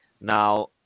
Now